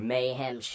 Mayhem